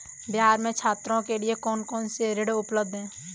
बिहार में छात्रों के लिए कौन कौन से ऋण उपलब्ध हैं?